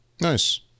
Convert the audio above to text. Nice